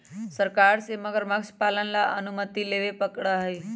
सरकार से मगरमच्छ पालन ला अनुमति लेवे पडड़ा हई